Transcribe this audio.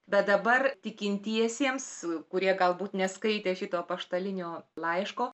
bet dabar tikintiesiems kurie galbūt neskaitė šito apaštalinio laiško